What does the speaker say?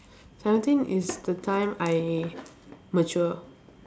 seventeen is the time I mature